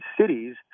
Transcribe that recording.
cities